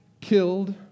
killed